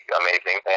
amazing